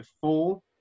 four